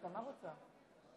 גברתי היושבת-ראש.